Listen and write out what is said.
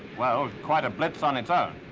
well, quite a blitz on its own.